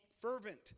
fervent